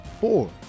four